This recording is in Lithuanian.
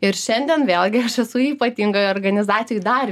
ir šiandien vėlgi aš esu ypatingoj organizacijoj dar